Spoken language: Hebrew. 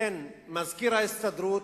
בין מזכיר ההסתדרות,